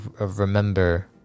remember